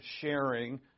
sharing